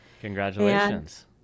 Congratulations